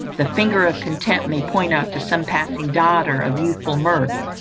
the finger of contempt may point out to some passing daughter of youthful mirth,